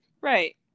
right